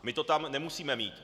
My to tam nemusíme mít.